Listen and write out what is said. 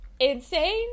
Insane